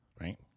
right